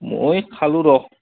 মই খালোঁ ৰহ্